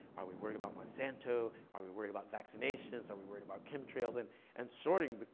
are we worried about monsanto? are we worried about vaccinations? are we worried about chemtrails? and and sorting, but